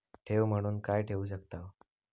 ठेव म्हणून काय ठेवू शकताव?